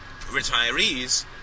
retirees